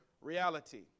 reality